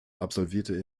absolvierte